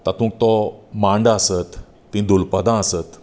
तातूंत तो मांडो आसत तीं दुलपदां आसत